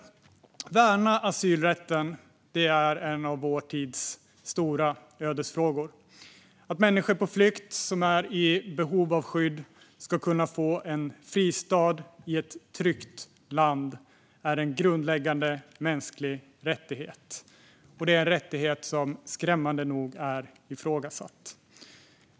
Att värna asylrätten är en av vår tids stora ödesfrågor. Att människor på flykt som är i behov av skydd ska kunna få en fristad i ett tryggt land är en grundläggande mänsklig rättighet. Det är en rättighet som skrämmande nog är ifrågasatt.